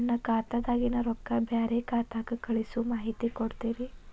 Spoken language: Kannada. ನನ್ನ ಖಾತಾದಾಗಿನ ರೊಕ್ಕ ಬ್ಯಾರೆ ಖಾತಾಕ್ಕ ಕಳಿಸು ಮಾಹಿತಿ ಕೊಡತೇರಿ?